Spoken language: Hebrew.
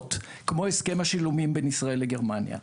מדינות כמו הסכם השילומים בין ישראל לגרמניה.